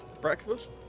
Breakfast